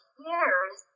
years